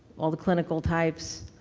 all the clinical types,